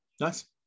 Nice